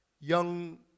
young